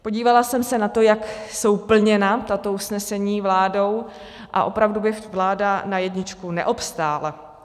Podívala jsem se na to, jak jsou plněna tato usnesení vládou, a opravdu by vláda na jedničku neobstála.